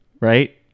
right